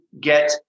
get